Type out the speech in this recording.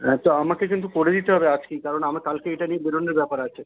হ্যাঁ তো আমাকে কিন্তু করে দিতে হবে আজকেই কারণ আমার কালকে এটা নিয়ে বেরোনোর ব্যাপার আছে